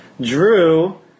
Drew